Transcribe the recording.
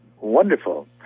wonderful